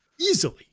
easily